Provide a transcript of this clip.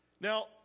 Now